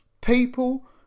People